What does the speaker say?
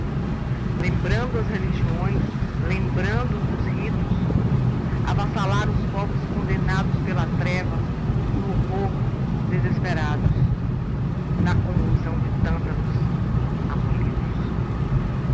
lembrando as religiões lembrando os ritos avassalara os povos condenados pela treva no horror desesperados na convulsão de tântalos aflitos